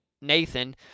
Nathan